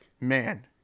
man